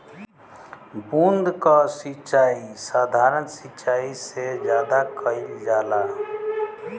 बूंद क सिचाई साधारण सिचाई से ज्यादा कईल जाला